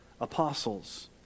apostles